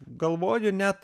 galvoju net